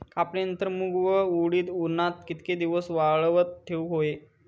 कापणीनंतर मूग व उडीद उन्हात कितके दिवस वाळवत ठेवूक व्हये?